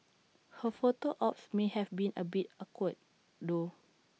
her photo ops may have been A bit awkward though